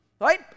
right